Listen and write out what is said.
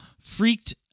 Freaked